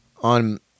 on